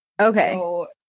Okay